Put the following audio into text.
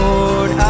Lord